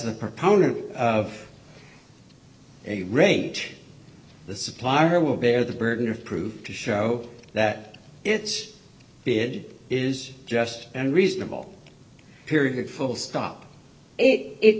the proponent of a range the supplier will bear the burden of proof to show that its bid is just and reasonable period full stop it